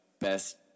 best